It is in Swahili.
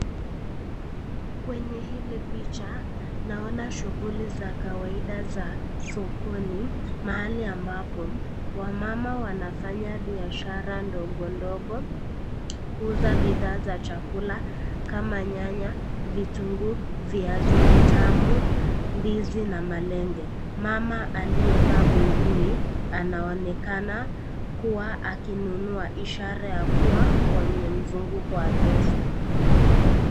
Kwenye hili picha naona shughuli za kawaida za sokoni, mahali ambapo wamama wanafanya biashara ndogo ndogo, kuuza bidhaa za chakula kama nyanya, vitungu, viazi vitamu, ndizi na malenge. Mama aliyevaa buibui anaonekana kuwa akinunua ishara ya kuwa kwa mwenye mzunguko wa pesa.